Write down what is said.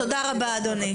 תודה רבה אדוני.